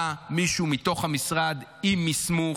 בא מישהו מתוך המשרד עם מסמוך,